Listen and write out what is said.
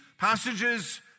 Passages